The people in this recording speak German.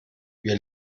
wir